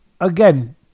again